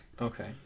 Okay